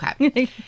Okay